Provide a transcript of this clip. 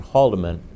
Haldeman